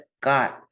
God